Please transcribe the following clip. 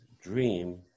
dream